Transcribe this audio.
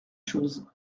chose